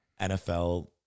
NFL